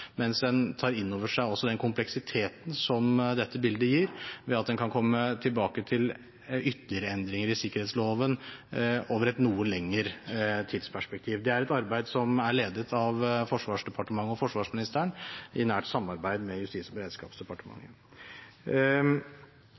mens en også tar inn over seg den kompleksiteten som dette bildet gir, ved at en kan komme tilbake til ytterligere endringer i sikkerhetsloven over et noe lengre tidsperspektiv. Det er et arbeid som er ledet av Forsvarsdepartementet og forsvarsministeren i nært samarbeid med Justis- og beredskapsdepartementet.